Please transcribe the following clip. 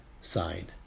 sign